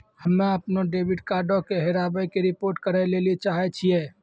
हम्मे अपनो डेबिट कार्डो के हेराबै के रिपोर्ट करै लेली चाहै छियै